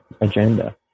agenda